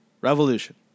Revolution